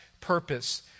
purpose